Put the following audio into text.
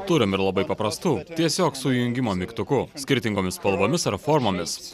turim ir labai paprastų tiesiog su įjungimo mygtuku skirtingomis spalvomis ar formomis